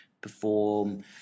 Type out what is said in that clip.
perform